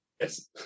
Yes